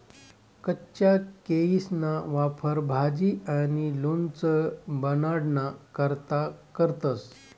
कच्चा केयीसना वापर भाजी आणि लोणचं बनाडाना करता करतंस